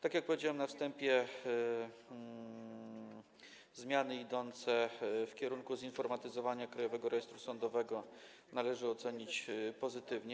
Tak jak powiedziałem na wstępie, zmiany idące w kierunku zinformatyzowania Krajowego Rejestru Sądowego należy ocenić pozytywnie.